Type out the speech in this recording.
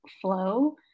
flow